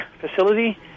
facility